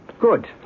Good